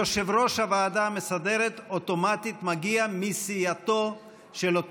יושב-ראש הוועדה המסדרת אוטומטית מגיע מסיעתו של אותו